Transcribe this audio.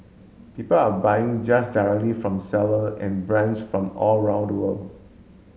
people are buying just directly from seller and brands from all around the world